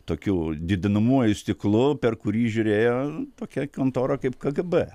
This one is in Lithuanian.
tokiu didinamuoju stiklu per kurį žiūrėjo tokia kontora kaip kgb